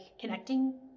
connecting